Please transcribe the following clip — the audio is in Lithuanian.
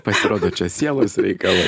pasirodo čia sielos reikalai